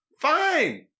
fine